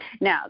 Now